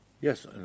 Yes